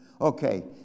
Okay